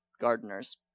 gardeners